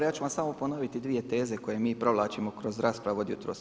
Ja ću vam samo ponoviti dvije teze koje mi provlačimo kroz raspravu od jutros.